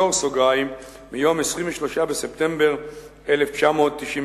מיום 23 בספטמבר 1993,